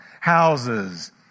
houses